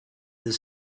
this